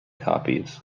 copies